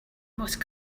most